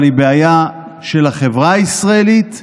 אבל היא בעיה של החברה הישראלית,